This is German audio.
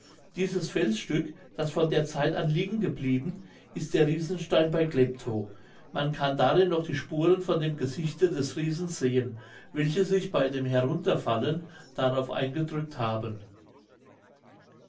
dieses felsstück das von der zeit an liegen geblieben ist der riesenstein bei kleptow man kann darin noch die spuren von dem gesichte des riesen sehen welche sich bei dem herunterfallen darauf eingedrückt haben